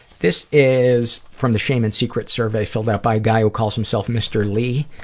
this is from the shame and secret survey filled out by a guy who calls himself mr. lee.